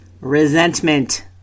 Resentment